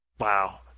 Wow